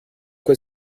quoi